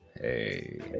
Hey